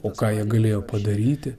o ką jie galėjo padaryti